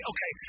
Okay